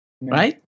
Right